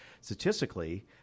statistically